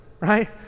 right